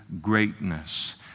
greatness